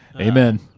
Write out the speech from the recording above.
Amen